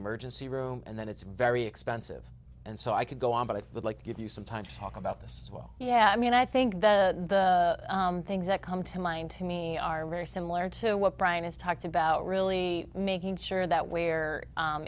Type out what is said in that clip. emergency room and then it's very expensive and so i could go on but i would like to give you some time to talk about this well yeah i mean i think the things that come to mind to me are very similar to what brian has talked about really making sure that we're